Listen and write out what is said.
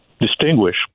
distinguish